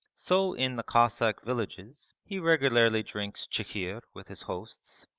so in the cossack villages he regularly drinks chikhir with his hosts,